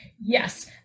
Yes